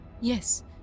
Yes